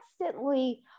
constantly